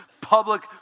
public